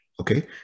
Okay